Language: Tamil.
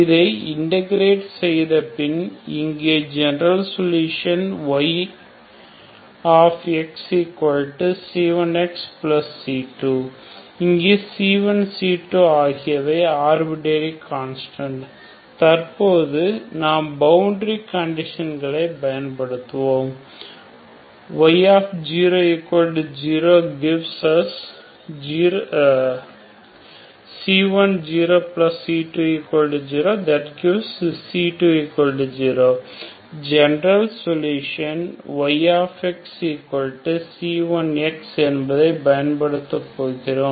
இதை இண்டெகிரேட் செய்த பின் இங்கே ஜெனரல் சொல்யூஷன் yxc1xc2 இங்கு c1 c2 ஆகியவை ஆர்பிடரி கான்ஸ்டான்ட் தற்போது நாம் பவுண்டரி கண்டிஷன்களை பயன்படுத்துவோம் i y00 gives us c10c20 that gives c20 general solution yxc1x என்பதை பயன்படுத்தப் போகிறோம்